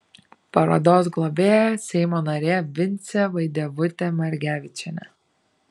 parodos globėja seimo narė vincė vaidevutė margevičienė